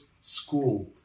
School